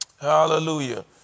Hallelujah